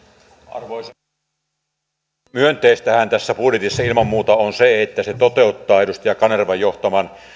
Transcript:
arvoisa puhemies myönteistähän tässä budjetissa ilman muuta on se että se toteuttaa edustaja kanervan johtaman